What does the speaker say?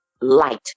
light